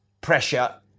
pressure